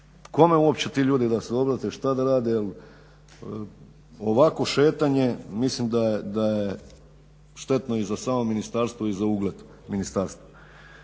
kome uopće ti ljudi da se obrate, šta da rade jer ovakvo šetanje mislim da je štetno i za samo ministarstvo i za ugled ministarstva.